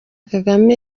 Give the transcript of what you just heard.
kagame